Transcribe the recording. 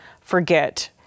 forget